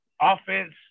offense